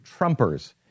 Trumpers